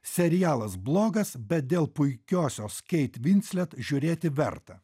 serialas blogas bet dėl puikiosios keit vinslet žiūrėti verta